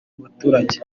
baturage